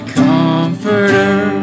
comforter